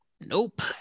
nope